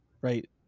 right